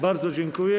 Bardzo dziękuję.